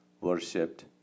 worshipped